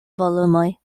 volumoj